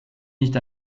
nicht